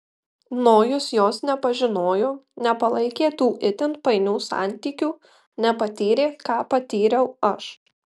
nojus jos nepažinojo nepalaikė tų itin painių santykių nepatyrė ką patyriau aš